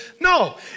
No